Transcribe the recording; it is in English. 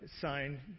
sign